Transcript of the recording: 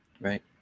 Right